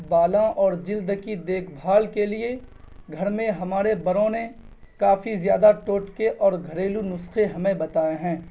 بالوں اور جلد کی دیکھ بھال کے لیے گھر میں ہمارے بڑوں نے کافی زیادہ ٹوٹکے اور گھریلو نسخے ہمیں بتائیں ہیں